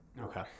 Okay